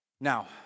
Now